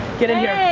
get in here. hey.